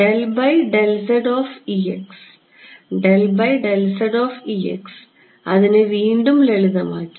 del by del z of E x അതിനെ വീണ്ടും ലളിതമാക്കി